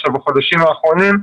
עכשיו בחודשים האחרונים,